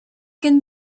can